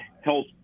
health